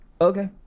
okay